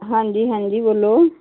ਹਾਂਜੀ ਹਾਂਜੀ ਬੋਲੋ